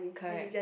correct